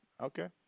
Okay